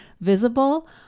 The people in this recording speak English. visible